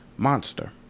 Monster